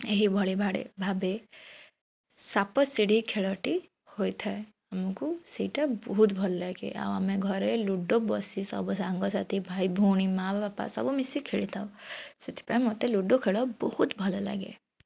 ଏହିଭଳି ଭାଡ଼େ ଭାବେ ସାପ ଶିଢ଼ି ଖେଳଟି ହୋଇଥାଏ ଆମକୁ ସେଇଟା ବହୁତ ଭଲଲାଗେ ଆଉ ଆମେ ଘରେ ଲୁଡ଼ୋ ବସି ସବୁ ସାଙ୍ଗସାଥି ଭାଇ ଭଉଣୀ ମାଆ ବାପା ସବୁ ମିଶିକି ଖେଳିଥାଉ ସେଥିପାଇଁ ମୋତେ ଲୁଡ଼ୋ ଖେଳ ବହୁତ ଭଲଲାଗେ